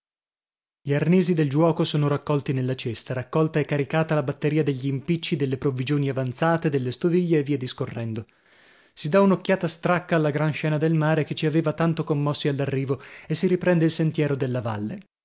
gli arnesi del giuoco sono raccolti nella cesta raccolta e caricata la batteria degli impicci delle provvigioni avanzate delle stoviglie e via discorrendo si dà un'occhiata stracca alla gran scena del mare che ci aveva tanto commossi all'arrivo e si riprende il sentiero della valle